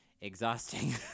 exhausting